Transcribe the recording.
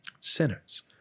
sinners